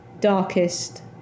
darkest